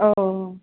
औ